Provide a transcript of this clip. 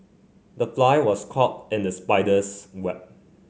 the fly was caught in the spider's web